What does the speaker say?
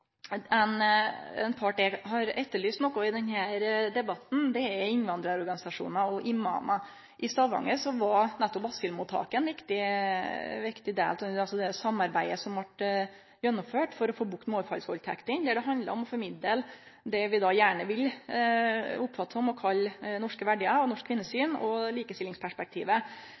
Ein part eg har etterlyst i denne debatten, er innvandrarorganisasjonar og imamar. I Stavanger var nettopp asylmottaket ein viktig part i det samarbeidet som vart gjennomført for å få bukt med overfallsvaldtektene, der det handla om å formidle det vi gjerne oppfattar som og kallar norske verdiar og norsk kvinnesyn, og likestillingsperspektivet